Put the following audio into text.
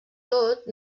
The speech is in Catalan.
tot